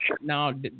Now